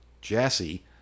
Jassy